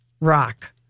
rock